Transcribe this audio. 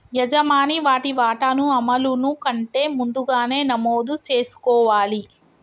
యజమాని వాటి వాటాను అమలును కంటే ముందుగానే నమోదు చేసుకోవాలి